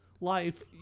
Life